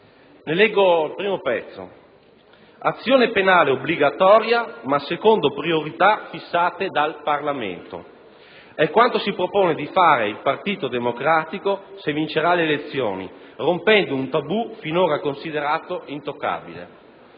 Ne leggo la prima parte: «Azione penale obbligatoria, ma secondo priorità fissate dal Parlamento. È quanto si propone di fare il Partito Democratico, se vincerà le elezioni, rompendo un tabù finora considerato intoccabile».